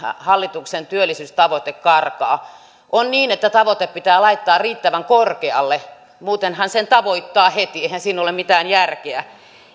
hallituksen työllisyystavoite karkaa on niin että tavoite pitää laittaa riittävän korkealle muutenhan sen tavoittaa heti ja eihän siinä ole mitään järkeä